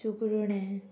सुकुरउणे